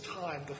time